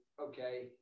okay